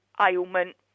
ailment